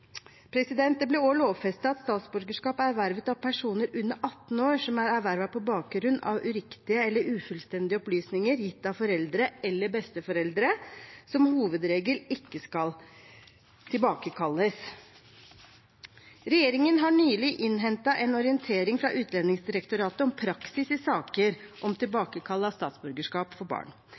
personer under 18 år på bakgrunn av uriktige eller ufullstendige opplysninger gitt av foreldre eller besteforeldre, som hovedregel ikke skal tilbakekalles. Regjeringen har nylig innhentet en orientering fra Utlendingsdirektoratet om praksis i saker om tilbakekall av statsborgerskap for barn.